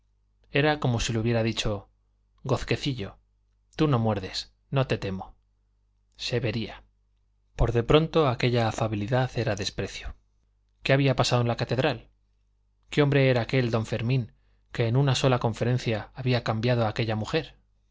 era como si le hubiera dicho gozquecillo tú no muerdes no te temo se vería por lo pronto aquella afabilidad era desprecio qué había pasado en la catedral qué hombre era aquel don fermín que en una sola conferencia había cambiado aquella mujer